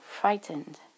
frightened